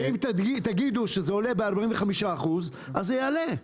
אם תגידו שזה עולה ב-45% אז זה יעלה.